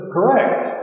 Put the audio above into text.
Correct